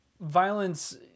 violence